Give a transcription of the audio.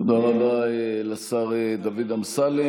תודה רבה לשר אמסלם.